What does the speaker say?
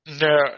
no